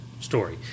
story